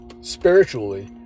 spiritually